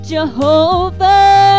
Jehovah